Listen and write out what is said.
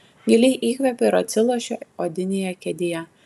giliai įkvepiu ir atsilošiu odinėje kėdėje